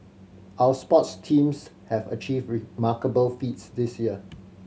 our sports teams have achieved remarkable feats this year